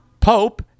Pope